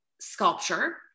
sculpture